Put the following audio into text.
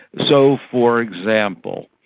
so, for example,